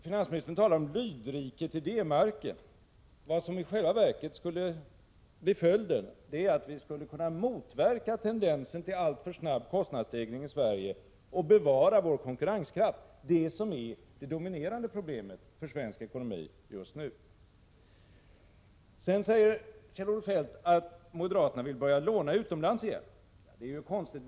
Finansministern talar om ett lydrike till D=marken. Vad som i själva verket skulle bli följden är att vi skulle kunna motverka tendensen till alltför snabb kostnadsstegring i Sverige och bevara vår konkurrenskraft — det som är det dominerande problemet för svensk ekonomi just nu. Kjell-Olof Feldt säger sedan att moderaterna vill börja låna utomlands igen. Det är konstigt.